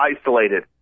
isolated